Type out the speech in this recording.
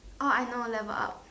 oh I know level up